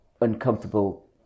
uncomfortable